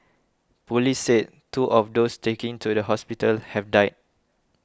police said two of those taken to the hospital have died